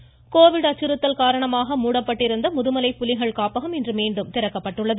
Mudumalai voice Covid அச்சுறுத்தல் காரணமாக மூடப்பட்டிருந்த முதுமலை புலிகள் காப்பகம் இன்று மீண்டும் திறக்கப்பட்டுள்ளது